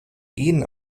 gehen